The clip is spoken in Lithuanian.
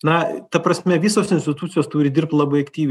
na ta prasme visos institucijos turi dirbt labai aktyviai